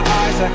eyes